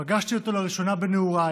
פגשתי אותו לראשונה בנעוריי,